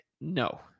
no